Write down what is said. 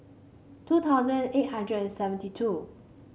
two thousand eight hundred and seventy two